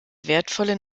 wertvolle